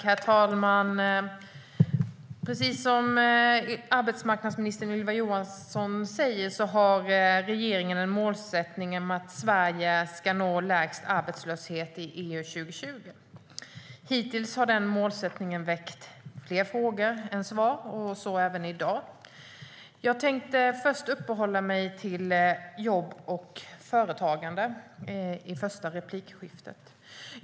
Herr talman! Precis som arbetsmarknadsminister Ylva Johansson säger har regeringen målsättningen att Sverige ska nå lägst arbetslöshet i EU till 2020. Hittills har målsättningen väckt fler frågor än svar, och så även i dag. Jag tänkte i mitt första inlägg uppehålla mig vid jobb och företagande.